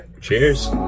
cheers